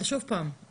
אבל שוב פעם,